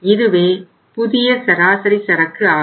இதுவே புதிய சராசரி சரக்கு ஆகும்